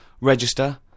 Register